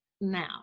now